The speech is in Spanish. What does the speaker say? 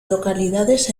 localidades